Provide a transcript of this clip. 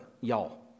y'all